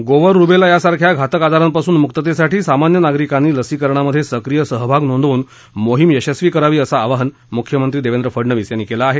गोवर रुबेला सारख्या घातक आजारांपासून मुकतेसाठी सामान्य नागरिकांनी लसीकरणामध्ये सक्रिय सहभाग नोंदवून मोहिम यशस्वी करावी असं आवाहन मुख्यमंत्री देवेंद्र फडणवीस यांनी केलं आहे